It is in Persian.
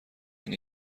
این